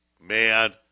Man